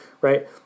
right